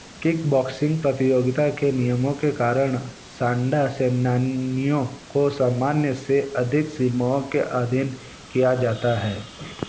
kickboxing प्रतियोगिता के नियमों के कारण सांडा सेनानियों को सामान्य से अधिक सीमाओं के अधीन किया जाता है